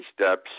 steps